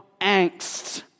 angst